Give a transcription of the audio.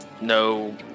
No